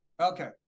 Okay